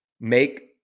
make